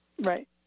right